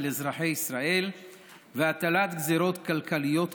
אזרחי ישראל ולהטיל גזרות כלכליות קשות.